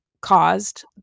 caused